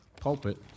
pulpit